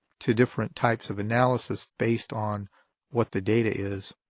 to different types of analysis based on what the data is.